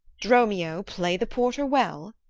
dromio, play the porter well.